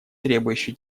требующий